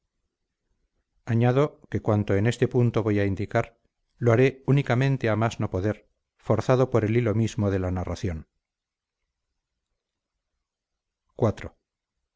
añado que cuanto en este punto voy a indicar lo haré únicamente a más no poder forzado por el hilo mismo de la narración